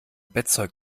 bettzeug